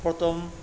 प्रथम